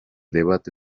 debate